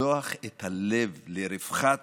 לפתוח את הלב לרווחת